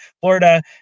Florida